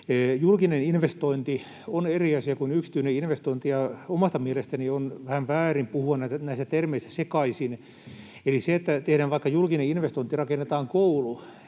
julkinen investointi on eri asia kuin yksityinen investointi, ja omasta mielestäni on vähän väärin puhua näistä termeistä sekaisin. Sehän, että tehdään vaikka julkinen investointi, rakennetaan koulu,